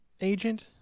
agent